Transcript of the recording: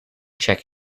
check